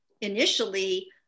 initially